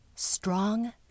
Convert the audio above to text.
strong